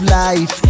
life